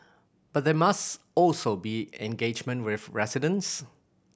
but there must also be engagement with residents